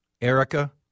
Erica